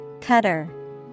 Cutter